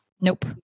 Nope